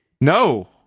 No